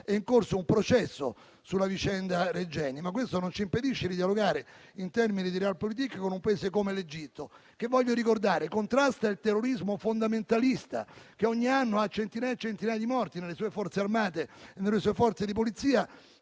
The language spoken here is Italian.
è in corso un processo sulla vicenda Regeni, ma questo non ci impedisce di dialogare, in termini di *realpolitik*, con un Paese come l'Egitto che, voglio ricordare, contrasta il terrorismo fondamentalista, che ogni anno ha centinaia e centinaia di morti nelle sue Forze armate e nelle sue Forze di polizia,